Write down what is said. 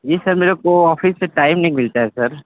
जी sir मेरे को office से टाइम नहीं मिलता है सर